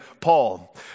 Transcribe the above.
Paul